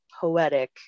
poetic